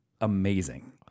amazing